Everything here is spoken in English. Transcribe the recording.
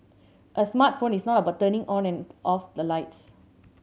a smart phone is not about turning on and off the lights